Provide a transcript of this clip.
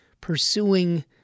pursuing